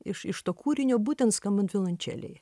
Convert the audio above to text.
iš iš to kūrinio būtent skambant violončelei